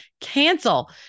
cancel